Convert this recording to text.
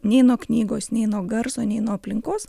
nei nuo knygos nei nuo garso nei nuo aplinkos